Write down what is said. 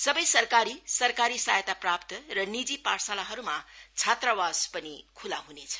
सबै सरकारी सरकारी सहायता प्राप्त र निजी पाठशालाहरूमा छात्रवास पनि खुला हुनेछ